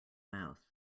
mouth